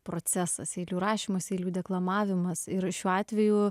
procesas eilių rašymas eilių deklamavimas ir šiuo atveju